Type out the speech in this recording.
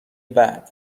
بعد